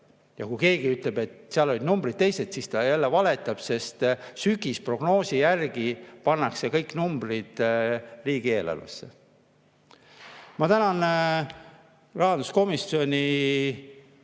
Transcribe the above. Ja kui keegi ütleb, et seal olid numbrid teised, siis ta jälle valetab, sest sügisprognoosi järgi pannakse kõik numbrid riigieelarvesse. Ma tänan rahanduskomisjoni